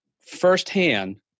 firsthand